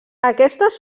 aquestes